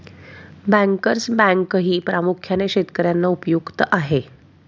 bankers बँकही प्रामुख्याने शेतकर्यांना उपयुक्त आहे